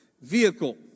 vehicle